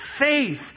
faith